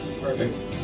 Perfect